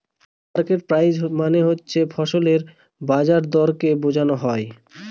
market price মানে ফসলের বাজার দরকে বোঝনো হয়